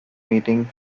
meeting